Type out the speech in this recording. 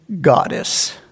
goddess